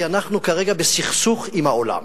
כי אנחנו כרגע בסכסוך עם העולם.